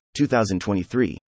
2023